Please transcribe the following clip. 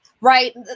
right